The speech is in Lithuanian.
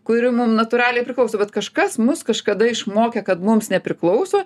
kuri mum natūraliai priklauso bet kažkas mus kažkada išmokė kad mums nepriklauso